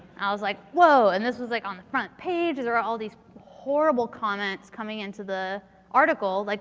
i was like, whoa. and this was like on the front page. there were all these horrible comments coming into the article. like